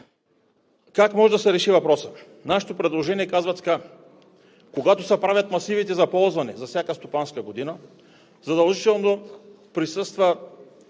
Как може да се реши въпросът? Нашето предложение казва така: когато се правят масивите за ползване за всяка стопанска година, задължително присъства